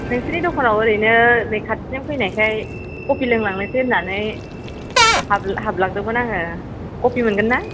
नोंसिनि दखानाव ओरैनो नै खाथिजों फैनायखाय कपि लोंलांनोसै होन्नानै हाब हाबलांदोंमोन आङो कपि मोनगोन्ना